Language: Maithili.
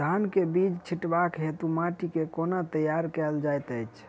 धान केँ बीज छिटबाक हेतु माटि केँ कोना तैयार कएल जाइत अछि?